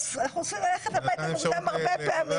אנחנו רוצים ללכת הביתה מוקדם הרבה פעמים.